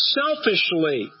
selfishly